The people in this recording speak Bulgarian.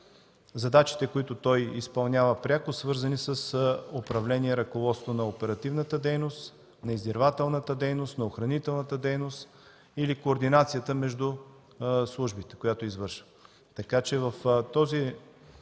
задачите, които той изпълнява пряко, свързани с управление и ръководство на оперативната дейност, на издирвателната дейност, на охранителната дейност или координацията между службите, която извършва.